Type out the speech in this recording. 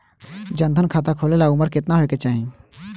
जन धन खाता खोले ला उमर केतना होए के चाही?